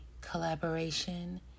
collaboration